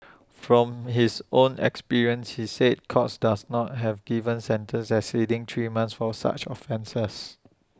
from his own experience he said courts dose not have given sentences exceeding three months for such offences